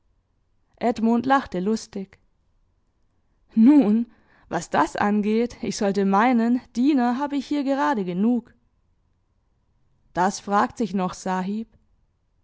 edmund lachte lustig nun was das angeht ich sollte meinen diener habe ich hier gerade genug das fragt sich noch sahib